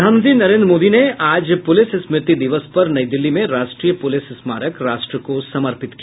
प्रधानमंत्री नरेन्द्र मोदी ने आज पुलिस स्मृति दिवस पर नई दिल्ली में राष्ट्रीय पुलिस स्मारक राष्ट्र को समर्पित किया